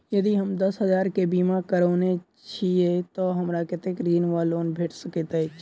यदि हम दस हजार केँ बीमा करौने छीयै तऽ हमरा कत्तेक ऋण वा लोन भेट सकैत अछि?